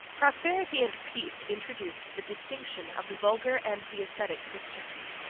prosperity and peace introduced the distinction of the vulgar and the ascetic christians.